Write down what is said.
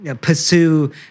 pursue